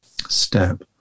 step